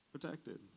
protected